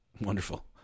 Wonderful